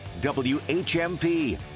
WHMP